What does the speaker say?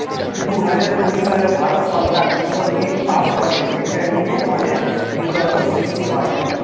দুহাজার কুড়ি সালে ভারত সরকার কৃষক বিল পাস করে যেটা নিয়ে অনেক বিতর্ক সৃষ্টি হয়